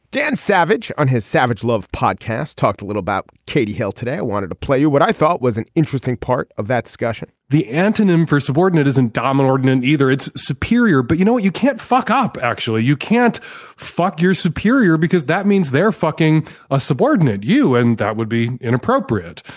dan savage on his savage love podcast talked a little about katie hill today i wanted to play you what i thought was an interesting part of that discussion the antonym for a subordinate isn't dominant and and either it's superior but you know you can't fuck up actually you can't fuck your superior because that means they're fucking ah subordinate you and that would be inappropriate.